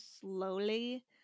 slowly